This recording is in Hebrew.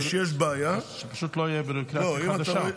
שפשוט לא יהיה ברגולציה חדשה.